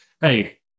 hey